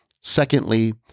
Secondly